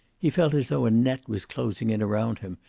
he felt as though a net was closing in around him,